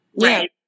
Right